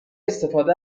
استفاده